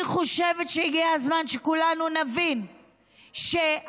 אני חושבת שהגיע הזמן שכולנו נבין שעקומת